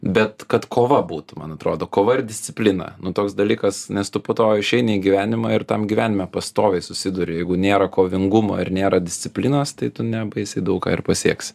bet kad kova būtų man atrodo kova ir disciplina nu toks dalykas nes tu po to išeini į gyvenimą ir tam gyvenime pastoviai susiduri jeigu nėra kovingumo ir nėra disciplinos tai tu nebaisiai daug ką ir pasieksi